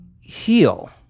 heal